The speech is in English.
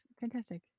fantastic